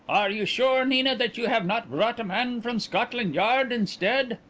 are you sure, nina, that you have not brought a man from scotland yard instead?